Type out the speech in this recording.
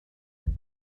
had